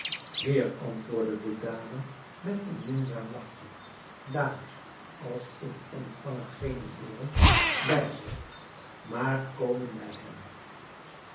heer antwoordde de dame met een minzaam lachje dames als ik ontvangen geene heeren bij zich maar komen bij hen